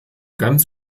ganz